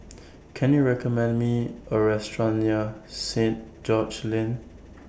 Can YOU recommend Me A Restaurant near Saint George's Lane